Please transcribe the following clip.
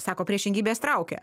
sako priešingybės traukia